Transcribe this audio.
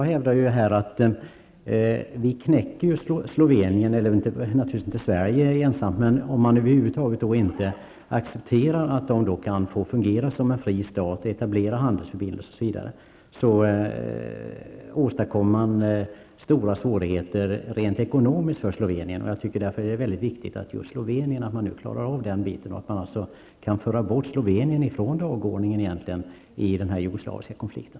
Slovenien knäcks, naturligtvis inte av Sverige ensamt, om man över huvud taget inte accepterar att landet kan få fungera som en fri stat, etablera handelsförbindelser osv. Då åstadkoms stora svårigheter rent ekonomiskt för Slovenien. Det är viktigt för slovenerna att klara ut den här frågan och kunna föra bort Slovenien från dagordningen i den jugoslaviska konflikten.